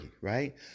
Right